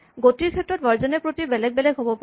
গতিৰ ক্ষেত্ৰত ভাৰ্জন এ প্ৰতি বেলেগ বেলেগ হ'ব পাৰে